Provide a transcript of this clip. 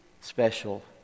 special